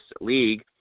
league